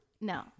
No